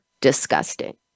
disgusting